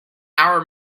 our